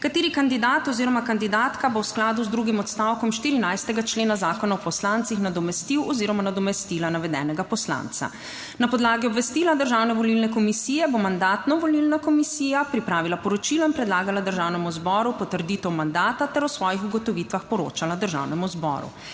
kateri kandidat oziroma kandidatka bo v skladu z drugim odstavkom 14. člena Zakona o poslancih nadomestil oziroma nadomestila navedenega poslanca? Na podlagi obvestila Državne volilne komisije bo Mandatno-volilna komisija pripravila poročilo in predlagala Državnemu zboru v potrditev mandata ter o svojih ugotovitvah poročala Državnemu zboru.